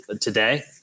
today